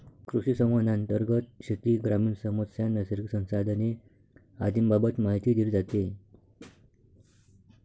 कृषिसंवादांतर्गत शेती, ग्रामीण समस्या, नैसर्गिक संसाधने आदींबाबत माहिती दिली जाते